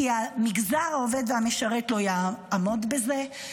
כי המגזר העובד והמשרת לא יעמוד בזה.